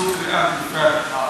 זאת הייתה אל-פאתִחה,